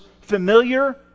familiar